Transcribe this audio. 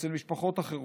אצל משפחות אחרות,